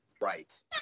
Right